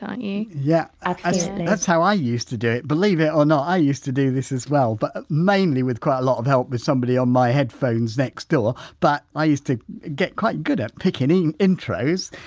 can't you? yeah, that's how i used to do it, believe it or not i used to do this as well but mainly with quite a lot of help with somebody on my headphones next door but i used to get quite good at picking intros.